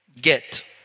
get